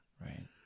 Right